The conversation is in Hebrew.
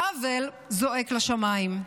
העוול זועק לשמיים.